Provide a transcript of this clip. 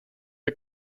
der